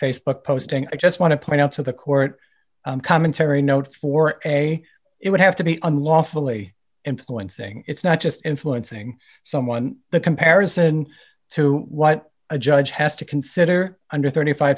facebook posting i just want to point out to the court commentary note for a it would have to be unlawfully influencing it's not just influencing someone the comparison to what a judge has to consider under th